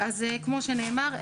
אז כמו שנאמר,